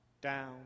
down